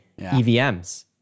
EVMs